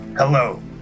Hello